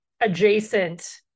adjacent